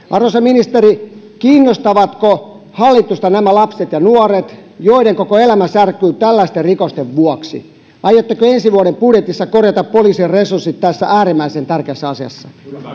arvoisa ministeri kiinnostavatko hallitusta nämä lapset ja nuoret joiden koko elämä särkyy tällaisten rikosten vuoksi aiotteko ensi vuoden budjetissa korjata poliisien resurssit tässä äärimmäisen tärkeässä asiassa